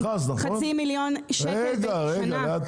חצי מיליון שקל בשנה.